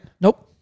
Nope